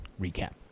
recap